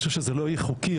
אני חושב שזה לא יהיה חוקי,